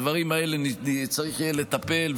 בדברים האלה יהיה צריך לטפל,